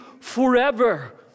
forever